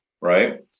right